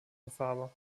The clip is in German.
befahrbar